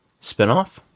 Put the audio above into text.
spinoff